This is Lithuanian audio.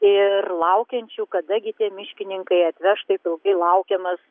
ir laukiančių kada gi tie miškininkai atveš taip ilgai laukiamas